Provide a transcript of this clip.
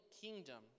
kingdom